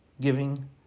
giving